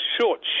short